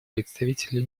представителю